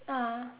ah